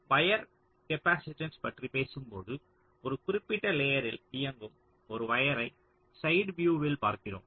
wire capacitance பற்றி பேசும்போது ஒரு குறிப்பிட்ட லேயரில் இயங்கும் ஒரு வயரை சைடு வியூவில் பார்க்கிறோம்